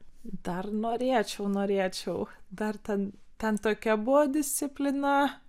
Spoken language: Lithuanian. dar norėčiau norėčiau dar ten ten tokia buvo disciplina